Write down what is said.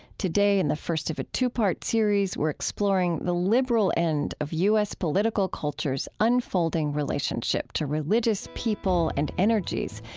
today, in the first of a two-part series, we're exploring the liberal end of u s. political culture's unfolding relationship to religious people and energies.